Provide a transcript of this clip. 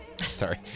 Sorry